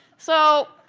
so,